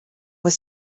were